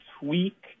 tweak